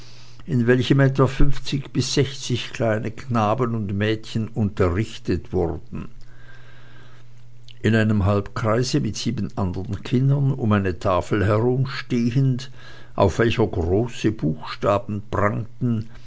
in welchem etwa fünfzig bis sechzig kleine knaben und mädchen unterrichtet wurden in einem halbkreise mit sieben andern kindern um eine tafel herum stehend auf welcher große buchstaben prangten